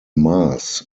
maß